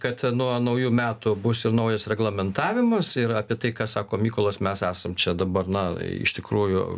kad nuo naujų metų bus ir naujas reglamentavimas ir apie tai ką sako mykolas mes esam čia dabar na iš tikrųjų